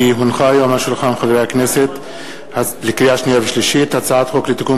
ההצעה עברה להכנה לקריאה השנייה והשלישית לוועדת חוקה,